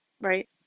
right